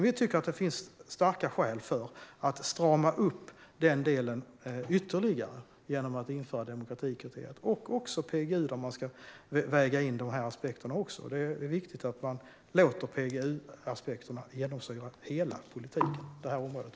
Vi tycker att det finns starka skäl för att strama upp den delen ytterligare genom att införa demokratikriteriet och PGU. Det är viktigt att man låter PGU-aspekterna genomsyra hela politiken också på det här området.